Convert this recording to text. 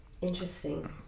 interesting